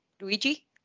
Luigi